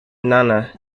nana